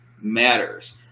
matters